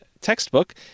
textbook